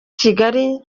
kigali